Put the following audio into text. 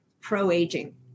pro-aging